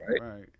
right